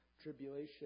tribulation